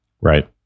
Right